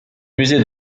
musée